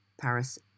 Paris